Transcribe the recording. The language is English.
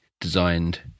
designed